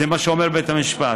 זה מה שאומר בית המשפט.